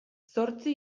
zortzi